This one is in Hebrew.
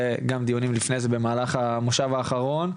וגם דיונים לפני זה במהלך המושב האחרון.